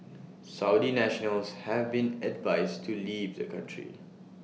Saudi nationals have been advised to leave the country